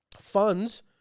funds